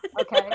Okay